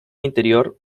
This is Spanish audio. interior